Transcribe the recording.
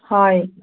হয়